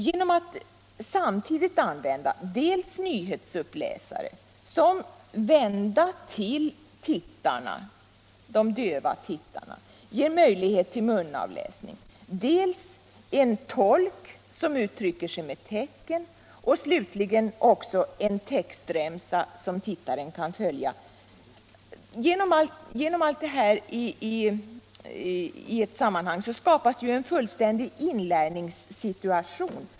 Genom att man samtidigt använder nyhetsuppläsare som, vända till de döva tittarna, ger möjligheter till munavläsning, en tolk som uttrycker sig med tecken och slutligen också en textremsa, som tittaren kan följa, skapas ju en fullständig inlärningssituation.